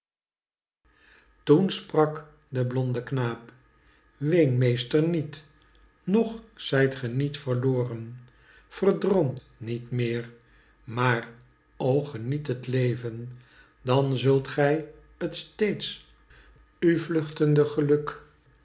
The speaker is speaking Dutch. toen sprak de blonde knaap ween meester niet nog zijt ge niet verloren verdroom niet meer maar o geniet het leven dan zult gij t steeds u vluchtende geluk